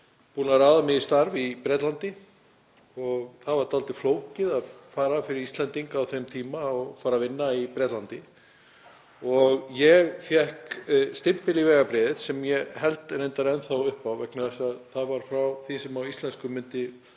búinn að ráða mig í starf í Bretlandi og það var dálítið flókið fyrir Íslendinga á þeim tíma að fara að vinna í Bretlandi. Ég fékk stimpil í vegabréfið sem ég held reyndar enn þá upp á vegna þess að hann var frá því sem á íslensku myndi